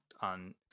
on